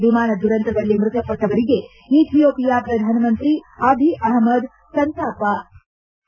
ವಿಮಾನ ದುರಂತದಲ್ಲಿ ಮೃತಪಟ್ಟವರಿಗೆ ಇಥಿಯೋಪಿಯಾ ಪ್ರಧಾನಮಂತ್ರಿ ಅಭಿ ಅಹದ್ ಸಂತಾಪ ಸೂಚಿಸಿದ್ದಾರೆ